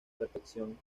perfección